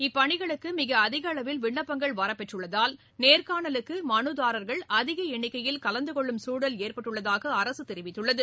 இப்பணிகளுக்கு மிக அதிக அளவில் விண்ணப்பங்கள் வரப்பெற்றுள்ளதால் நேர்காணலுக்கு மனுதாரர்கள் அதிக எண்ணிக்கையில் கலந்துகொள்ளும் சூழல் ஏற்பட்டுள்ளதாக அரசு தெரிவித்துள்ளது